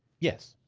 yes.